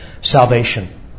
salvation